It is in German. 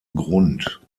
grund